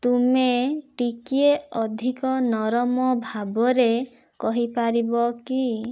ତୁମେ ଟିକିଏ ଅଧିକ ନରମ ଭାବରେ କହିପାରିବ କି